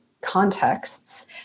contexts